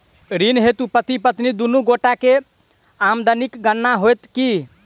ऋण हेतु पति पत्नी दुनू गोटा केँ आमदनीक गणना होइत की?